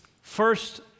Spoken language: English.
First